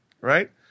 right